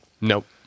Nope